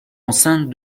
enceinte